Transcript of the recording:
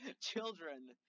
children